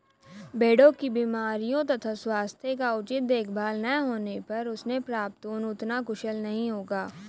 भेड़ों की बीमारियों तथा स्वास्थ्य का उचित देखभाल न होने पर उनसे प्राप्त ऊन उतना कुशल नहीं होगा